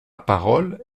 parole